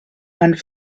and